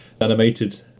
Animated